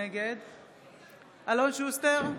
נגד אלון שוסטר,